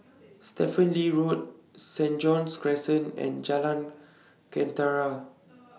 Stephen Lee Road Saint John's Crescent and Jalan